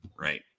Right